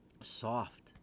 soft